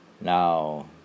Now